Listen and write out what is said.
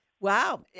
Wow